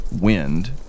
wind